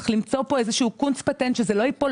צריך למצוא פה קונץ-פטנט שזה לא ייפול,